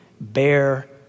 bear